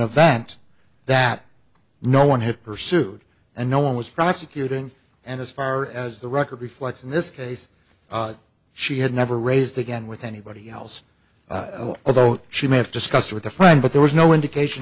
event that no one had pursued and no one was prosecuting and as far as the record reflects in this case she had never raised again with anybody else although she may have discussed with a friend but there was no indication